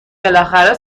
بالاخره